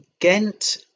Ghent